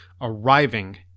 arriving